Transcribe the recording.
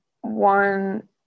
one